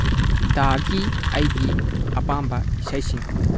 ꯗꯥꯒꯤ ꯑꯩꯒꯤ ꯑꯄꯥꯝꯕ ꯏꯁꯩꯁꯤꯡ